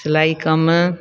सिलाई कमु